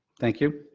thank you.